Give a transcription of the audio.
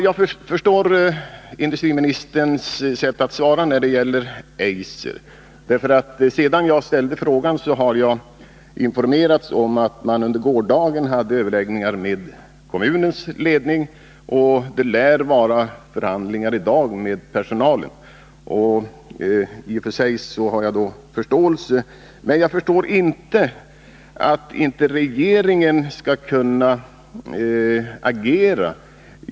Jag förstår industriministerns sätt att svara när det gäller Eiser, därför att sedan jag ställde frågan har jag informerats om att man under gårdagen hade överläggningar med kommunens ledning, och det lär vara förhandlingar i dag med personalen. I och för sig har jag alltså förståelse för detta. Men jag förstår inte att inte regeringen skall kunna agera.